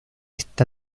está